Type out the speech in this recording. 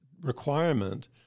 requirement